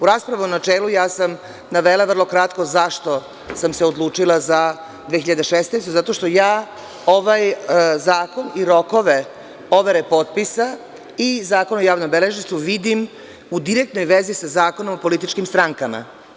U raspravi u načelu, navela sam vrlo kratko zašto sam se odlučila za 2016. godinu, zato što ja ovaj zakon i rokove overe potpisa i Zakona o javom beležništvu vidim u direktnoj vezi sa Zakonom o političkim strankama.